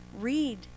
read